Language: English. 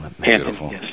Beautiful